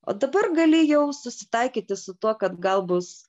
o dabar gali jau susitaikyti su tuo kad gal bus